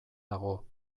dago